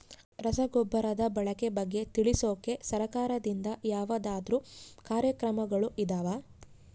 ರಸಗೊಬ್ಬರದ ಬಳಕೆ ಬಗ್ಗೆ ತಿಳಿಸೊಕೆ ಸರಕಾರದಿಂದ ಯಾವದಾದ್ರು ಕಾರ್ಯಕ್ರಮಗಳು ಇದಾವ?